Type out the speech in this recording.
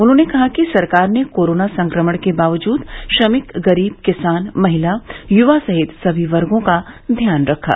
उन्होंने कहा कि सरकार ने कोरोना संक्रमण के बावजूद श्रमिक गरीब किसान महिला युवा सहित समी वर्गो का ध्यान रखा